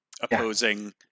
opposing